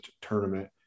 tournament